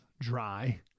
dry